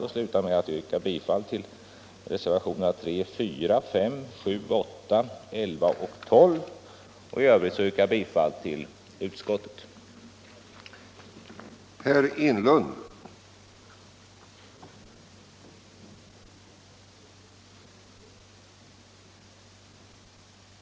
Jag vill sluta med att yrka bifall till reservationerna 3, 4, 5, 7, 8, 11 och 12 samt i övrigt till utskottets hemställan.